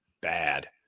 bad